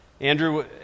Andrew